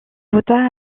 vota